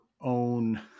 own